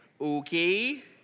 Okay